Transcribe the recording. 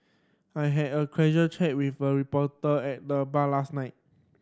I had a casual chat with a reporter at the bar last night